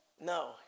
No